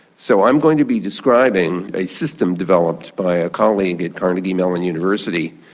so i'm going to be describing a system developed by a colleague at carnegie mellon university.